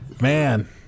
Man